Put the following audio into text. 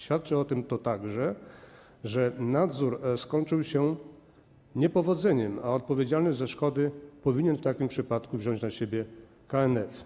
Świadczy o tym także to, że nadzór skończył się niepowodzeniem, a odpowiedzialność za szkody powinien w takim przypadku wziąć na siebie KNF.